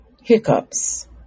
hiccups